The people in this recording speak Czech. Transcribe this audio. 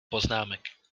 poznámek